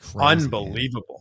unbelievable